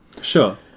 Sure